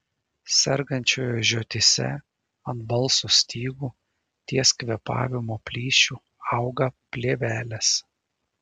sergančiojo žiotyse ant balso stygų ties kvėpavimo plyšiu auga plėvelės